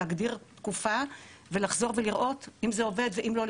להגדיר תקופה ולחזור לראות אם זה עובד ואם לא,